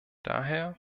daher